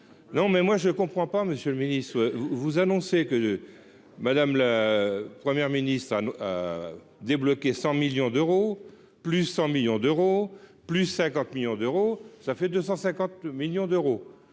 non mais moi je comprends pas Monsieur le Ministre vous annoncer que de madame la première ministre a débloqué 100 millions d'euros, plus 100 millions d'euros, plus 50 millions d'euros, ça fait 250 millions d'euros,